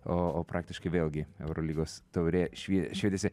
o o praktiškai vėlgi eurolygos taurė švie švietėsi